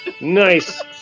Nice